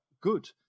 good